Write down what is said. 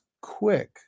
quick